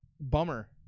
bummer